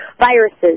viruses